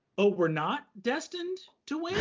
oh, we're not destined to win?